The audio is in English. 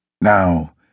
Now